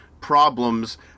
problems